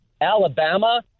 Alabama